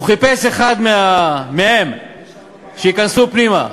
הוא חיפש אחד מהם שייכנס פנימה.